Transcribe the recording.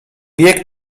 bieg